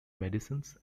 medicines